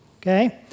okay